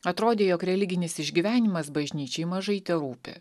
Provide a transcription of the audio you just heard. atrodė jog religinis išgyvenimas bažnyčiai mažai terūpi